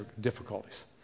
difficulties